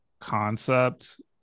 concept